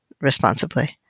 responsibly